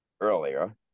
earlier